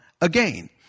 again